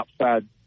outside